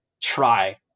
try